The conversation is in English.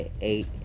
eight